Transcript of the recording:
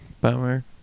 bummer